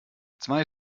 zwei